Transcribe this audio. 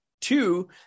Two